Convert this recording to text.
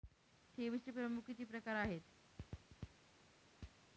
ठेवीचे प्रमुख किती प्रकार आहेत?